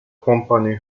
company